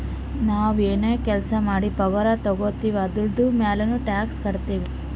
ನಾವ್ ಎನ್ ಕೆಲ್ಸಾ ಮಾಡಿ ಪಗಾರ ತಗೋತಿವ್ ಅದುರ್ದು ಮ್ಯಾಲನೂ ಟ್ಯಾಕ್ಸ್ ಕಟ್ಟತ್ತಿವ್